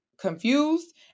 confused